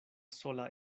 sola